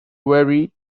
wary